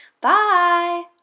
bye